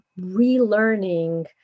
relearning